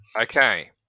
Okay